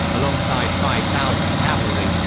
alongside five thousand cavalry,